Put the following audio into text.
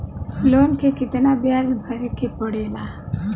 Loan के कितना ब्याज भरे के पड़े ला?